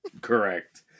correct